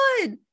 good